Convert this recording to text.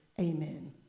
amen